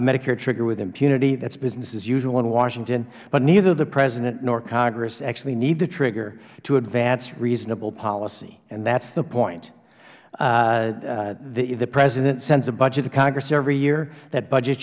medicare trigger with impunity that's business as usual in washington but neither the president nor congress actually need the trigger to advance reasonable policy and that's the point the president sends a budget to congress every year that budget